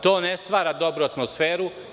To ne stvara dobru atmosferu.